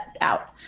out